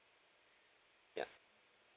yup